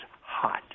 hot